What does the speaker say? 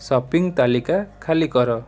shopping ତାଲିକା ଖାଲି କର